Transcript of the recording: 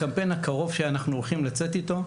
הקמפיין הקרוב שאנחנו הולכים לצאת איתו,